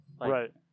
Right